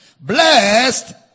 blessed